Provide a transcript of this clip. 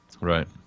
Right